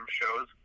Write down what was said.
shows